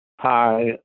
Hi